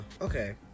Okay